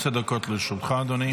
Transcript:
בבקשה, עשר דקות לרשותך, אדוני.